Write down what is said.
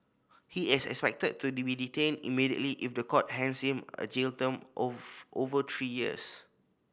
he is expected to be detained immediately if the court hands him a jail term over three years